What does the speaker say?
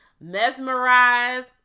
Mesmerized